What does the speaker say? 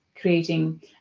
creating